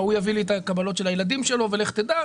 ההוא יביא לי את הקבלות של הילדים שלו ולך תדע.